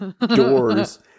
doors